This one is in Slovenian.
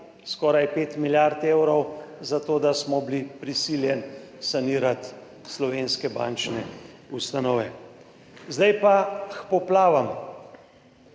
skoraj 5 milijard evrov za to, da smo bili prisiljeni sanirati slovenske bančne ustanove. Zdaj pa k poplavam.